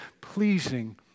pleasing